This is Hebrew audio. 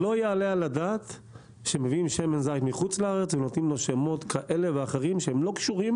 לא ייתכן שמביאים שמן זית מחו"ל ונותנים לו שמות כאלה ואחרים שלא קשורים